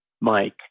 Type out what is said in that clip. Mike